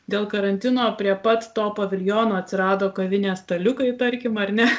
dėl karantino prie pat to paviljono atsirado kavinės staliukai tarkim ar ne